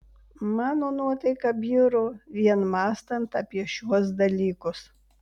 mano nuotaika bjuro vien mąstant apie šiuos dalykus